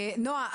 נועה,